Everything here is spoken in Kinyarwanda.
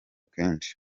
kenshi